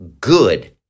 good